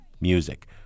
Music